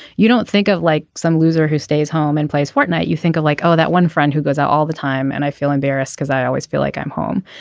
you don't think of like some loser who stays home and plays fortnight. you think of like oh that one friend who goes out all the time and i feel embarrassed because i always feel like i'm home.